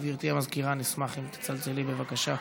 גברתי המזכירה, נשמח אם תצלצלי, בבקשה.